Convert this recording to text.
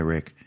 Rick